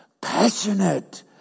passionate